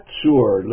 sure